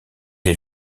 est